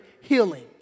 healing